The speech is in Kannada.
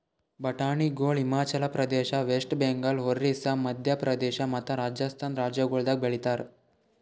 ಬಟಾಣಿಗೊಳ್ ಹಿಮಾಚಲ ಪ್ರದೇಶ, ವೆಸ್ಟ್ ಬೆಂಗಾಲ್, ಒರಿಸ್ಸಾ, ಮದ್ಯ ಪ್ರದೇಶ ಮತ್ತ ರಾಜಸ್ಥಾನ್ ರಾಜ್ಯಗೊಳ್ದಾಗ್ ಬೆಳಿತಾರ್